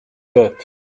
bit